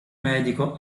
medico